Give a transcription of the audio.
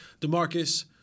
DeMarcus